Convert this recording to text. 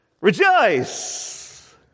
Rejoice